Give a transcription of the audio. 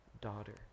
daughter